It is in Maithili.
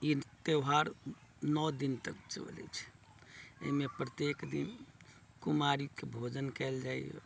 ई त्यौहार नओ दिन तक चलै छै एहिमे प्रत्येक दिन कुमारी के भोजन कयल जाइया